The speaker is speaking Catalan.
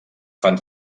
fan